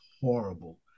horrible